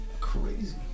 Crazy